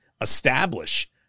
establish